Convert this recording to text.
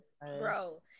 bro